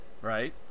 Right